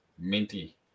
minty